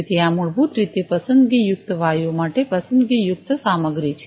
તેથી આ મૂળભૂત રીતે પસંદગીયુક્ત વાયુઓ માટે પસંદગીયુક્ત સામગ્રી છે